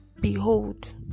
behold